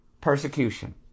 persecution